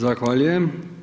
Zahvaljujem.